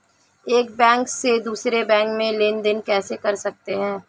एक बैंक से दूसरे बैंक में लेनदेन कैसे कर सकते हैं?